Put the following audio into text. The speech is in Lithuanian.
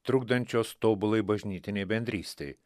trukdančios tobulai bažnytinei bendrystei